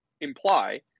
imply